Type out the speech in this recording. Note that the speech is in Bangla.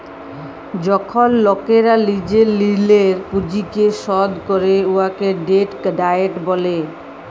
যখল লকেরা লিজের ঋলের পুঁজিকে শধ ক্যরে উয়াকে ডেট ডায়েট ব্যলে